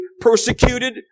Persecuted